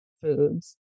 foods